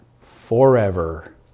forever